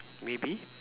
maybe